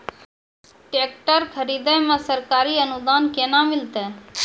Tractor खरीदै मे सरकारी अनुदान केना मिलतै?